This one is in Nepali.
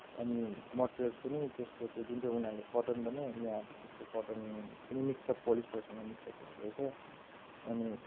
अनि मटेरिल्स पनि त्यसको त्यो जुन चाहिँ उनीहरूले कटन भन्यो यहाँ अब त्यस्तो कटन पनि मिक्सअप पोलिस्टारसँग मिक्सअप भएको रहेछ अनि